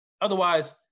Otherwise